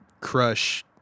crush